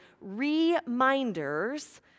reminders